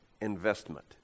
Investment